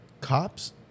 Cops